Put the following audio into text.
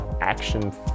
action